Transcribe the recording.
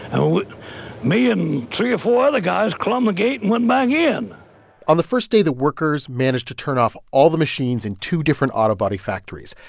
and me and three or four other guys climbed the gate and went back in on the first day the workers managed to turn off all the machines in two different autobody factories.